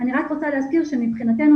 מבחינתנו,